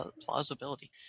plausibility